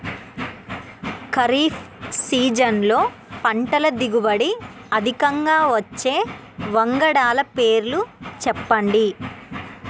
ఖరీఫ్ సీజన్లో పంటల దిగుబడి అధికంగా వచ్చే వంగడాల పేర్లు చెప్పండి?